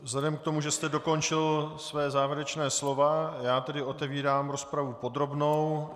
Vzhledem k tomu, že jste dokončil své závěrečné slovo, já tedy otevírám rozpravu podrobnou.